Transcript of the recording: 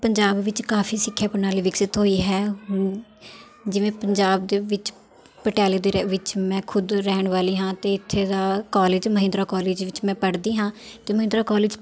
ਪੰਜਾਬ ਵਿੱਚ ਕਾਫ਼ੀ ਸਿੱਖਿਆ ਪ੍ਰਣਾਲੀ ਵਿਕਸਿਤ ਹੋਈ ਹੈ ਜਿਵੇਂ ਪੰਜਾਬ ਦੇ ਵਿੱਚ ਪਟਿਆਲੇ ਦੇ ਰਹਿ ਵਿੱਚ ਮੈਂ ਖੁਦ ਰਹਿਣ ਵਾਲੀ ਹਾਂ ਅਤੇ ਇੱਥੇ ਦਾ ਕੋਲੇਜ ਮਹਿੰਦਰਾ ਕੋਲੇਜ ਵਿੱਚ ਮੈਂ ਪੜ੍ਹਦੀ ਹਾਂ ਅਤੇ ਮਹਿੰਦਰਾ ਕੋਲੇਜ